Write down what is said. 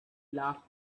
laughed